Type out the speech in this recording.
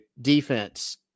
defense